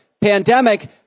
pandemic